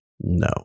No